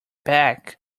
back